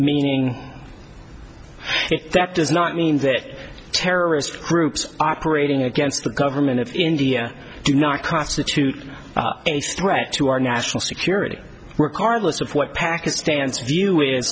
meaning that does not mean that terrorist groups operating against the government of india do not constitute a threat to our national security regardless of what pakistan's view